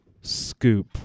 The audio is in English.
scoop